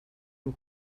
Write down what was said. and